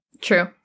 True